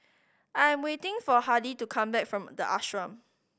I am waiting for Hardy to come back from The Ashram